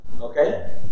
okay